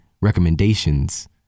recommendations